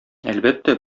әлбәттә